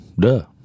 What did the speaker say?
Duh